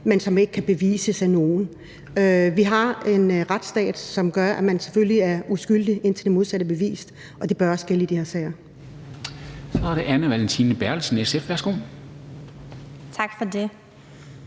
uden at det kan bevises af nogen. Vi har en retsstat, som betyder, at man selvfølgelig er uskyldig, indtil det modsatte er bevist, og det bør også gælde i de her sager. Kl. 10:52 Formanden (Henrik Dam Kristensen): Så er det